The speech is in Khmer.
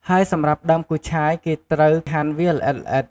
ហើយសម្រាប់ដើមគូឆាយ គេត្រូវហាន់វាល្អិតៗ។